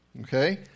okay